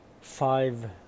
five